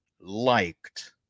liked